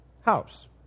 house